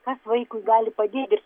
kas vaikui gali padėti ir